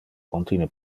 contine